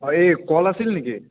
অ' এই কল আছিল নেকি